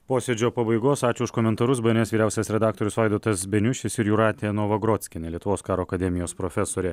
posėdžio pabaigos ačiū už komentarus bns vyriausias redaktorius vaidotas beniušis ir jūratė novagrockienė lietuvos karo akademijos profesorė